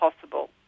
possible